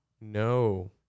No